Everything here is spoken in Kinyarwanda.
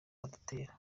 baratera